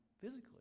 physically